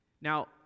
Now